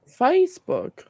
Facebook